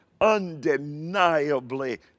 undeniably